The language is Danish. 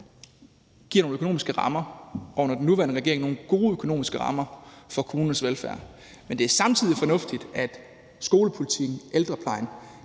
giver nogle økonomiske rammer – og under den nuværende regering nogle gode økonomiske rammer – for kommunernes velfærd. Men det er samtidig fornuftigt, at skolepolitikken og ældreplejen